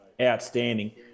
outstanding